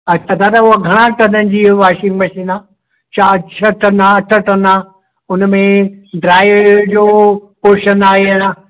अच्छा दादा उहो घणा टन जी वॉशिंग मशीन आहे चारि छह टन आहे अठ टन आहे उन में ड्रायर जो पोर्शन आहे या ना